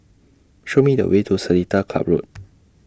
Show Me The Way to Seletar Club Road